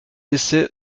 décès